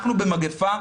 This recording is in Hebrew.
אנחנו במגפה,